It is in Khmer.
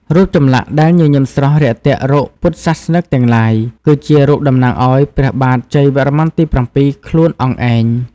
រូបចម្លាក់ដែលញញឹមស្រស់រាក់ទាក់រកពុទ្ធសាសនិកទាំងឡាយ គឺជារូបតំណាងឱ្យ ព្រះបាទជ័យវរ្ម័នទី៧ ខ្លួនអង្គឯង។